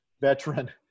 veteran